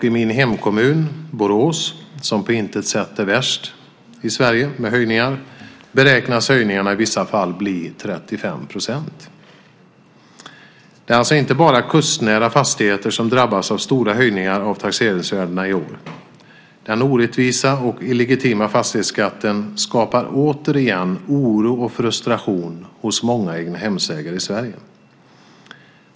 I min hemkommun, Borås, som på intet sätt är värst i Sverige, beräknas höjningarna i vissa fall bli 35 %. Det är alltså inte bara kustnära fastigheter som drabbas av stora höjningar av taxeringsvärdena i år. Den orättvisa och illegitima fastighetsskatten skapar återigen oro och frustration hos många egnahemsägare i Sverige. Fru talman!